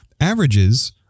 averages